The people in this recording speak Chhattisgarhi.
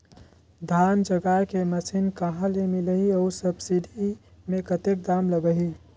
धान जगाय के मशीन कहा ले मिलही अउ सब्सिडी मे कतेक दाम लगही?